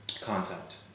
concept